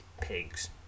pigs